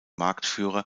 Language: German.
marktführer